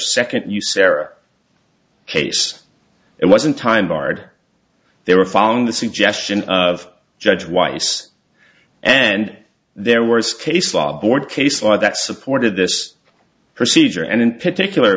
second you sarah case it wasn't time marred they were following the suggestion of judge weiss and their worst case law board case law that supported this procedure and in particular